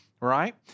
right